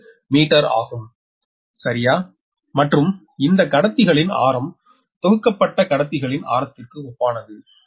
0406 metre ஆகும் சரியா மற்றும் இந்த கடத்திகளின் ஆரம் தொகுக்கப்பட்ட கடத்திகளின் ஆரத்திற்கு ஒப்பானது